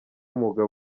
umwuga